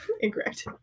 incorrect